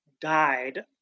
died